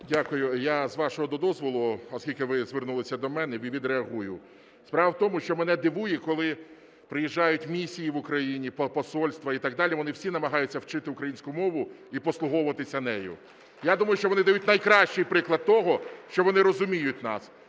Дякую. Я, з вашого дозволу, оскільки ви звернулися до мене, відреагую. Справа в тому, що мене дивує, коли приїжджають місії в Україні, посольства і так далі, вони всі намагаються вчити українську мову і послуговуватися нею. Я думаю, що вони дають найкращий приклад того, що вони розуміють нас.